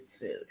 food